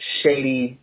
shady